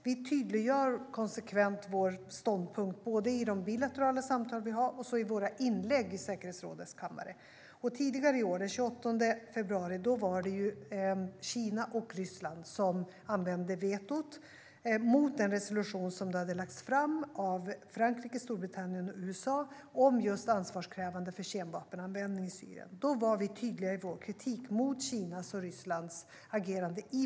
Vi tydliggör konsekvent vår ståndpunkt både i de bilaterala samtal vi har och i våra inlägg i säkerhetsrådets kammare. Tidigare i år, den 28 februari, var det Kina och Ryssland som använde sitt veto mot den resolution som lagts fram av Frankrike, Storbritannien och USA om ansvarsutkrävande för kemvapenanvändning i Syrien. I vår röstförklaring var vi tydliga i vår kritik mot Kinas och Rysslands agerande.